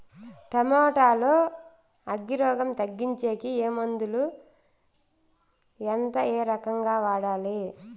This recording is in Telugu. టమోటా లో అగ్గి రోగం తగ్గించేకి ఏ మందులు? ఎంత? ఏ రకంగా వాడాలి?